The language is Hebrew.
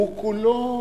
והוא כולו